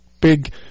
Big